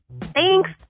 Thanks